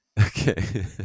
okay